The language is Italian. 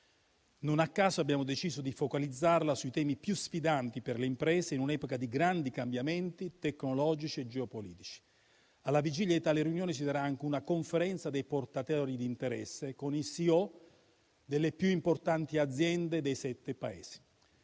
Non a caso abbiamo deciso di focalizzarla sui temi più sfidanti per le imprese, in un'epoca di grandi cambiamenti tecnologici e geopolitici. Alla vigilia di tale riunione ci sarà anche una conferenza dei portatori di interesse con i CEO delle più importanti aziende dei sette Paesi.